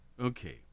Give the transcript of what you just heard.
Okay